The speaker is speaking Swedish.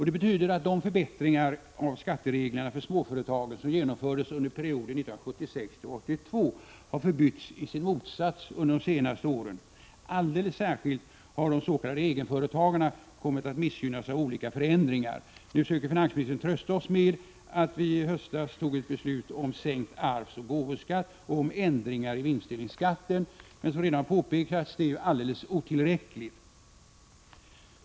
Det betyder att de förbättringar av skattereglerna för småföretagen som genomfördes under perioden 1976-1982 har förbytts i sin motsats. Särskilt under de senaste åren har de s.k. egenföretagarna kommit att missgynnas av olika förändringar. Nu söker finansministern trösta oss med att vi i höstas tog beslut om sänkt arvsoch gåvoskatt om ändringar i vinstdelningsskatten. Det är, som redan påpekats, alldeles otillräckligt.